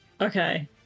Okay